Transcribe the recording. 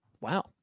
Wow